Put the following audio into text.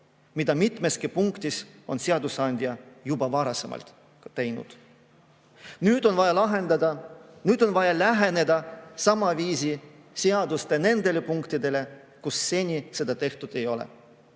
mida mitmeski punktis on seadusandja juba varasemalt teinud. Nüüd on vaja läheneda samal viisil seaduste nendele punktidele, kus seni seda tehtud ei ole.